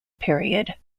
period